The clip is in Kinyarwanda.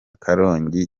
karongi